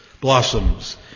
blossoms